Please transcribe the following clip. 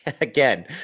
Again